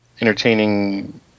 entertaining